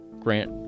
Grant